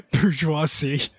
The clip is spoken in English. bourgeoisie